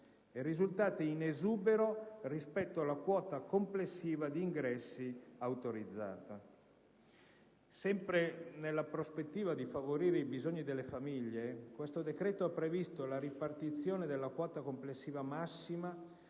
e risultate in esubero rispetto alla quota complessiva d'ingressi autorizzata. Sempre nella prospettiva di favorire i bisogni delle famiglie, tale decreto ha previsto la ripartizione della quota complessiva massima